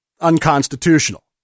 unconstitutional